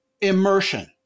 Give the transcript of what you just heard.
Immersion